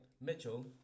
Mitchell